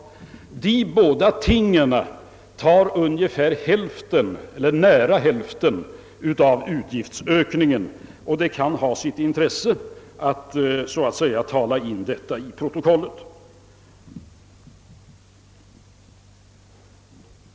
De båda tingen tar ungefär hälften eller nära hälften av utgiftsökningen, och det kan ha sitt intresse att så att säga tala in detta i protokollet.